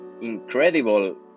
incredible